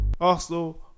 Arsenal